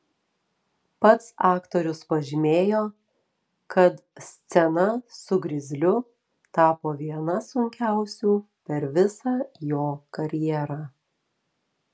pats aktorius pažymėjo kad scena su grizliu tapo viena sunkiausių per visą jo karjerą